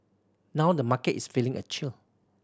now the market is feeling a chill